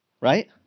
Right